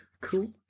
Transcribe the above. cool